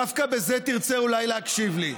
דווקא בזה תרצה אולי להקשיב לי.